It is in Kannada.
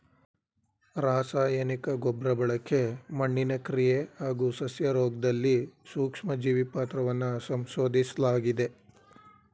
ರಾಸಾಯನಿಕ ಗೊಬ್ರಬಳಕೆ ಮಣ್ಣಿನ ಕ್ರಿಯೆ ಹಾಗೂ ಸಸ್ಯರೋಗ್ದಲ್ಲಿ ಸೂಕ್ಷ್ಮಜೀವಿ ಪಾತ್ರವನ್ನ ಸಂಶೋದಿಸ್ಲಾಗಿದೆ